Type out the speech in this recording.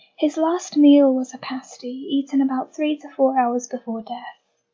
his last meal was a pasty, eaten about three to four hours before death.